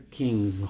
kings